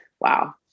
wow